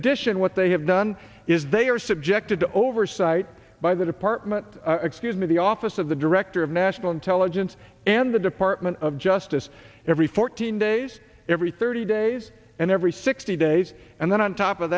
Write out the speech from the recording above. addition what they have done is they are subjected to oversight by the department excuse me the office of the director of national intelligence and the department of justice every fourteen days every thirty days and every sixty days and then on top of